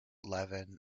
levin